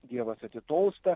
dievas atitolsta